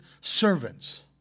servants